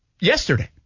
yesterday